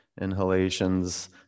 inhalations